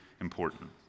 important